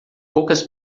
poucas